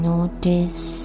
Notice